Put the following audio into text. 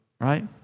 right